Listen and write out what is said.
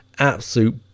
absolute